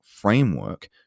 framework